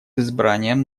избранием